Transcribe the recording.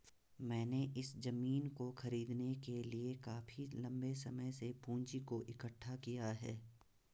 मैंने इस जमीन को खरीदने के लिए काफी लंबे समय से पूंजी को इकठ्ठा किया है